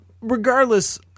regardless